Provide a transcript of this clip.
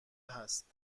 هست